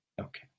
Okay